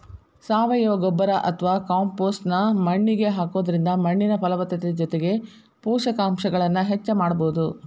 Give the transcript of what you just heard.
ಸಾವಯವ ಗೊಬ್ಬರ ಅತ್ವಾ ಕಾಂಪೋಸ್ಟ್ ನ್ನ ಮಣ್ಣಿಗೆ ಹಾಕೋದ್ರಿಂದ ಮಣ್ಣಿನ ಫಲವತ್ತತೆ ಜೊತೆಗೆ ಪೋಷಕಾಂಶಗಳನ್ನ ಹೆಚ್ಚ ಮಾಡಬೋದು